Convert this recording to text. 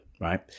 right